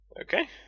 Okay